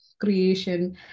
creation